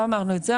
לא אמרנו את זה.